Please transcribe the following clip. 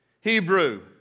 Hebrew